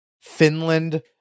Finland